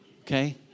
okay